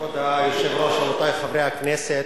כבוד היושב-ראש, רבותי חברי הכנסת,